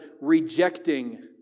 rejecting